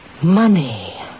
Money